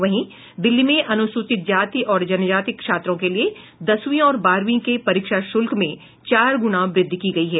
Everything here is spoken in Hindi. वहीं दिल्ली में अनुसूचित जाति और जनजाति छात्रों के लिये दसवीं और बारहवीं के परीक्षा शुल्क में चार गुना वृद्धि की गयी है